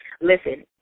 Listen